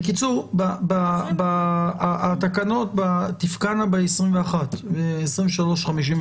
בקיצור, התקנות תפקענה ב-21, בשעה 23:59,